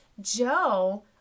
Joe